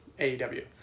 AEW